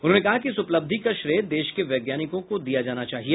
उन्होंने कहा कि इस उपलब्धि का श्रेय देश के वैज्ञानिकों को दिया जाना चाहिए